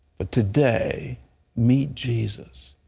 but today meet jesus.